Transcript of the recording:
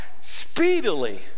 speedily